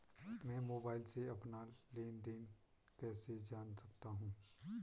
मैं मोबाइल से अपना लेन लेन देन कैसे जान सकता हूँ?